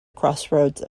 crossroads